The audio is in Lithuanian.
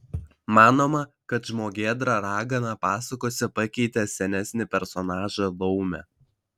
manoma kad žmogėdra ragana pasakose pakeitė senesnį personažą laumę